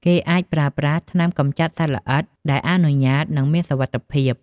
គេអាចប្រើប្រាស់ថ្នាំកម្ចាត់សត្វល្អិតដែលអនុញ្ញាត និងមានសុវត្ថិភាព ។